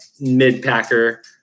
mid-packer